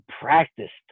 practiced